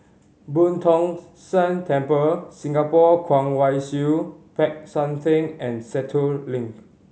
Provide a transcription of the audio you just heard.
Boo Tong San Temple Singapore Kwong Wai Siew Peck San Theng and Sentul Link